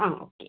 ആ ഓക്കേ